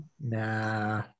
nah